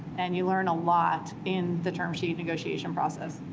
and you learn a lot in the term sheet negotiation process.